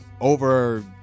over